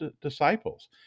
disciples